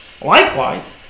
likewise